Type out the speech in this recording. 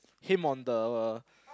him on the